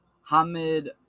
Hamid